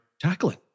tackling